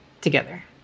together